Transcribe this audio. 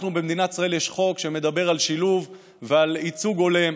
במדינת ישראל יש חוק שמדבר על שילוב ועל ייצוג הולם,